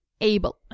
Able